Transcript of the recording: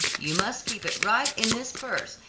you must keep it right in this purse,